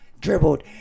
dribbled